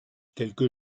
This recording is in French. quelque